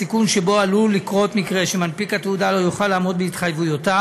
סיכון שבו עלול לקרות מקרה שמנפיק התעודה לא יוכל לעמוד בהתחייבויותיו,